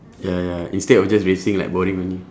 ya ya instead of just racing like boring only